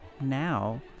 now